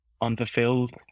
unfulfilled